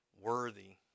worthy